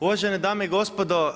Uvažene dame i gospodo.